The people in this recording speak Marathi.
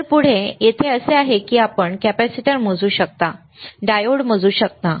तर पुढे येथे असे आहे की आपण कॅपेसिटर मोजू शकता आपण डायोड मोजू शकता